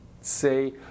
say